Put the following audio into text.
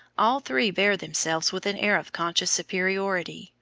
all three bear themselves with an air of conscious superiority,